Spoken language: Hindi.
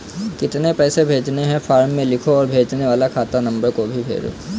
कितने पैसे भेजने हैं फॉर्म में लिखो और भेजने वाले खाता नंबर को भी लिखो